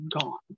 gone